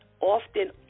often